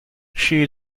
she